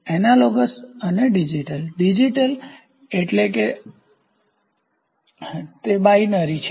analogue અને digital digital એટલે કે તેબાઈનરીદ્વિસંગી છે